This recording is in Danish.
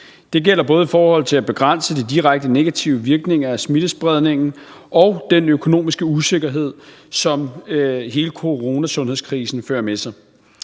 Det gælder både i forhold til at begrænse de direkte negative virkninger af smittespredningen og den økonomiske usikkerhed, som hele coronasundhedskrisen fører med sig.